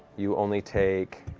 you only take